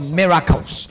miracles